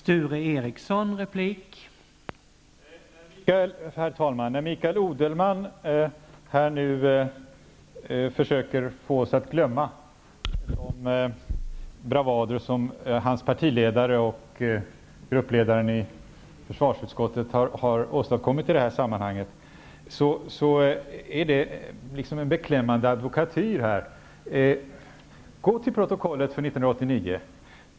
Herr talman! När Mikael Odenberg nu försöker få oss att glömma de bravader som hans partiledare och gruppledaren i försvarsutskottet har åstadkommit i det här sammanhanget, är det en beklämmande advokatyr. Gå till protokollet för 1989!